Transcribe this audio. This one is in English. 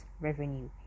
revenue